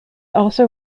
also